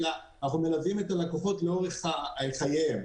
אלא אנחנו מלווים את הלקוחות לאורך חייהם.